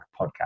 podcast